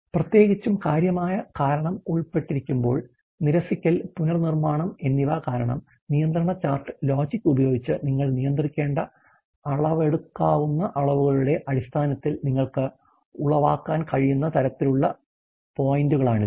പ്രത്യേകിച്ചും കാര്യമായ കാരണം ഉൾപ്പെട്ടിരിക്കുമ്പോൾ നിരസിക്കൽ പുനർനിർമ്മാണം എന്നിവ കാരണം നിയന്ത്രണ ചാർട്ട് ലോജിക് ഉപയോഗിച്ച് നിങ്ങൾ നിയന്ത്രിക്കേണ്ട അളവെടുക്കാവുന്ന അളവുകളുടെ അടിസ്ഥാനത്തിൽ നിങ്ങൾക്ക് ഉളവാക്കാൻ കഴിയുന്ന തരത്തിലുള്ള പോയിന്റുകളാണിത്